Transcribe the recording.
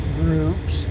groups